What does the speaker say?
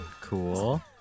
cool